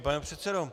Pane předsedo.